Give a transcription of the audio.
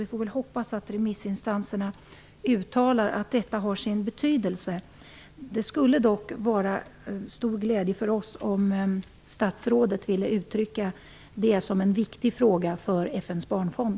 Vi får väl hoppas att remissinstanserna uttalar att detta har sin betydelse. Det skulle dock vara till stor glädje för oss om statsrådet ville uttrycka detta som en viktig fråga för FN:s barnfond.